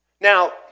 Now